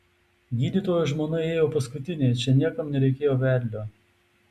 gydytojo žmona įėjo paskutinė čia niekam nereikėjo vedlio